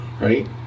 right